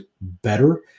better